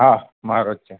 હા મારો જ છે